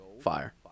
fire